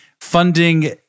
funding